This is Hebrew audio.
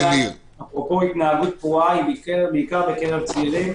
התנהגות פרועה בעיקר בקרב צעירים,